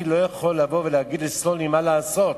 אני לא יכול להגיד לסלונים מה לעשות,